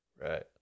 Right